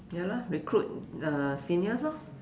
ya lah recruit uh seniors lor